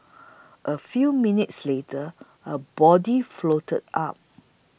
a few minutes later a body floated up